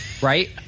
right